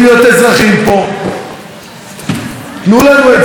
תנו לנו את זה, תדרשו מישראל לתת את זה.